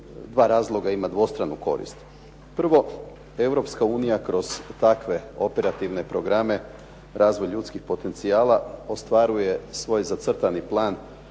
dva razloga ima dvostranu korist. Prvo, Europska unija kroz takve operativne programe, razvoj ljudskih potencijala ostvaruje svoj zacrtani plan